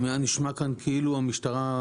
אם היה נשמע כאן כאילו המשטרה,